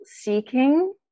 seeking